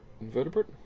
Invertebrate